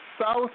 south